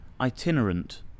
itinerant